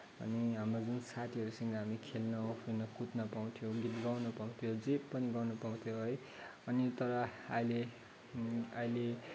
अनि हाम्रो जुन साथीहरूसँग हामी खेल्न उफ्रिन कुद्न पाउँथ्यौँ गीत गाउन पाउँथ्यौँ जे पनि गर्न पाउँथ्यौँ है अनि तर अहिले अहिले